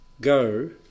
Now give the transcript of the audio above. go